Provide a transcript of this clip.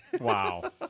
Wow